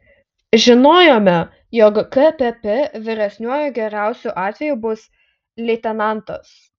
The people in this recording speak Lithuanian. žinojome jog kpp vyresniuoju geriausiu atveju bus leitenantas